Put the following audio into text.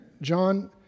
John